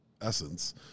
essence